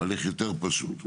הליך פשוט יותר.